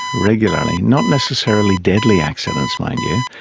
regularly. not necessarily deadly accidents, mind you,